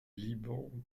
liban